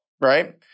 right